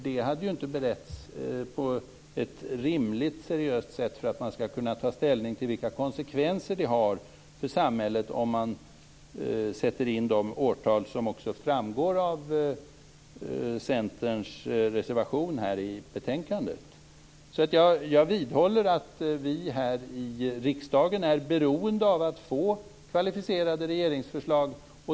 Detta hade inte beretts på ett rimligt seriöst sätt för att man skall kunna ta ställning till vilka konsekvenser det får för samhället om man inför de årtal som också framgår av Centerns reservation i betänkandet. Jag vidhåller att vi här i riksdagen är beroende av att få kvalificerade regeringsförslag.